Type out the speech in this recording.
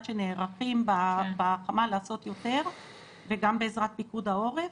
שנערכים בחמ"ל לעשות יותר וגם בעזרת פיקוד העורף